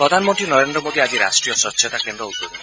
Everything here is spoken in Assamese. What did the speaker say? প্ৰধানমন্ত্ৰী নৰেন্দ্ৰ মোডীয়ে আজি ৰাষ্ট্ৰীয় স্বচ্ছতা কেন্দ্ৰ উদ্বোধন কৰিব